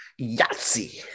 Yahtzee